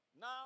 Now